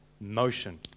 motion